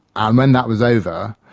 and when that was over,